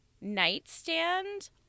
nightstand